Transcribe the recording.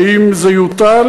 האם זה יוטל?